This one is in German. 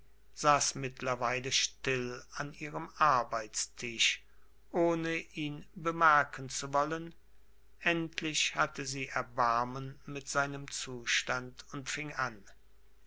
saß mittlerweile still an ihrem arbeitstisch ohne ihn bemerken zu wollen endlich hatte sie erbarmen mit seinem zustand und fing an